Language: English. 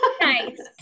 Nice